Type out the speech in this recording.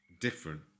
different